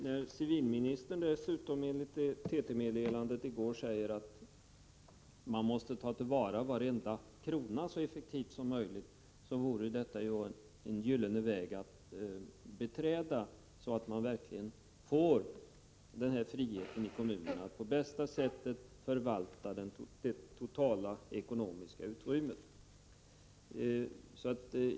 När civilministern dessutom enligt TT-meddelandet i går säger att vi måste ta till vara varenda krona så effektivt som möjligt, vore detta en gyllene väg att beträda, så att man verkligen får friheten i kommunerna att på bästa sätt förvalta det totala ekonomiska utrymmet.